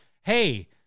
hey